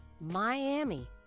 Miami